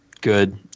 good